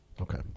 Okay